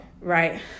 Right